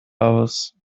aus